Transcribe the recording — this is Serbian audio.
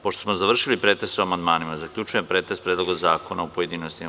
Pošto smo završili pretres o amandmanima zaključujem pretres Predloga zakona u pojedinostima.